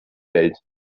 welt